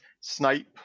snipe